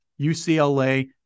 UCLA